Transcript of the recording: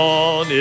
on